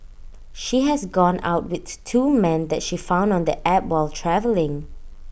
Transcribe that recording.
she has gone out with two men that she found on the app while travelling